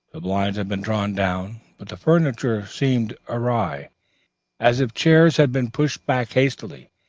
the blinds had been drawn down, but the furniture seemed awry as if chairs had been pushed back hastily,